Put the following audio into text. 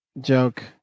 joke